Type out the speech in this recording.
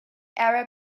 arab